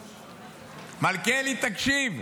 מלכיאלי, תקשיב.